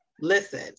listen